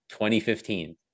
2015